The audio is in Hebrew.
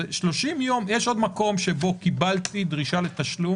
יש עוד מקום שבו אני מקבל דרישה לתשלום